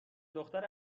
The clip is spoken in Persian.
دختر